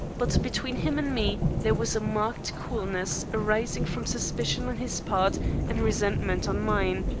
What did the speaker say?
but between him and me there was a marked coolness, arising from suspicion on his part and resentment on mine,